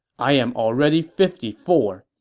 i am already fifty four.